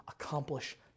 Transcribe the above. accomplish